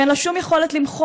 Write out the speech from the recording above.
שאין לה שום יכולת למחות,